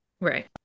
Right